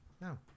No